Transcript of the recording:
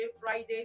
Friday